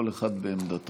כל אחד בעמדתו,